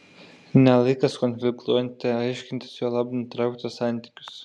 ne laikas konfliktuoti aiškintis juolab nutraukti santykius